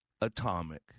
atomic